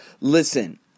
Listen